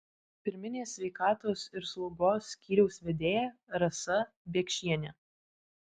pirminės sveikatos ir slaugos skyriaus vedėja rasa biekšienė